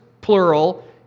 plural